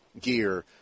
gear